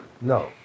No